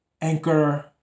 Anchor